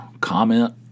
Comment